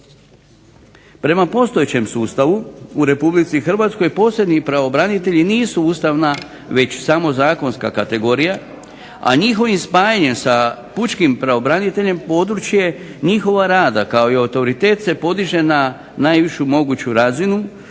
Prema postojećem sustavu u Republici Hrvatskoj posebni pravobranitelji nisu ustavna već samo zakonska kategorija, a njihovim spajanjem sa pučkim pravobraniteljem područje njihova rada kao i autoritet se podiže na najvišu moguću razinu